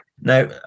Now